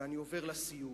ואני עובר לסיום.